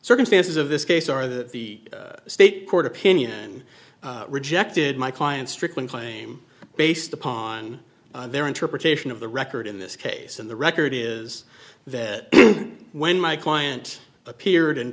circumstances of this case are that the state court opinion rejected my client's stricklin claim based upon their interpretation of the record in this case and the record is that when my client appeared and